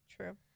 True